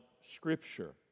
Scripture